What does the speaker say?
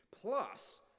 Plus